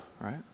right